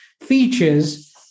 features